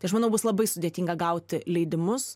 tai aš manau bus labai sudėtinga gauti leidimus